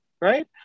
Right